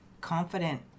confident